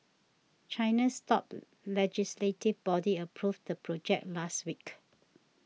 China's top legislative body approved the project last week